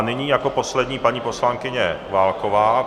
Nyní jako poslední paní poslankyně Válková.